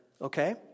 okay